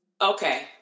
Okay